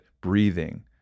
breathing